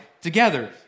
Together